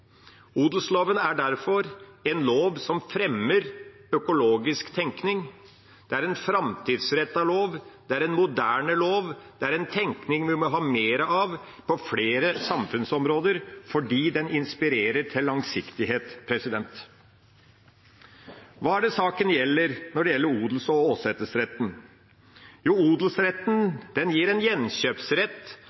Odelsloven er derfor en lov som fremmer økologisk tenkning. Det er en framtidsrettet lov, det er en moderne lov, og det er en tenkning vi burde ha mer av på flere samfunnsområder fordi den inspirerer til langsiktighet. Hva er det saken om odels- og åsetesretten gjelder? Jo, odelsretten gir en gjenkjøpsrett